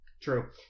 True